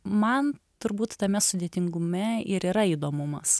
man turbūt tame sudėtingume ir yra įdomumas